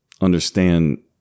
understand